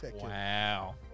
Wow